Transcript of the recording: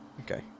Okay